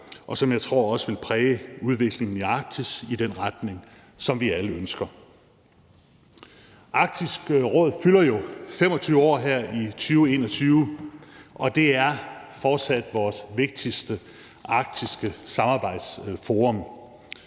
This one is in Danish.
og som jeg tror også vil præge udviklingen i Arktis i den retning, som vi alle ønsker. Arktisk Råd fylder jo 25 år her i 2021, og det er fortsat vores vigtigste arktiske samarbejdsforum.